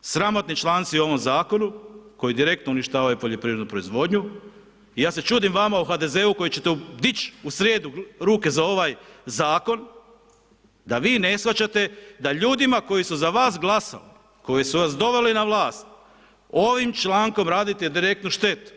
sramotni članci u ovom Zakonu koji direktno uništavaju poljoprivrednu proizvodnju i ja se čudim vama u HDZ-u koji će te dić' u srijedu ruke za ovaj Zakon, da vi ne shvaćate da ljudima koji su za vas glasali, koji su vas doveli na vlast, ovim člankom radite direktnu štetu.